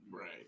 Right